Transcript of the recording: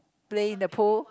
play in the pool